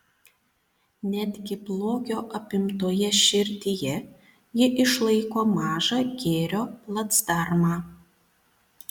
netgi blogio apimtoje širdyje ji išlaiko mažą gėrio placdarmą